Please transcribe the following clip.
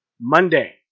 Monday